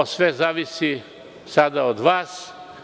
Sve zavisi sada od vas.